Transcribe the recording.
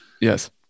Yes